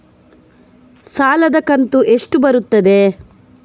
ಸಾಲದ ಕಂತು ಎಷ್ಟು ಬರುತ್ತದೆ?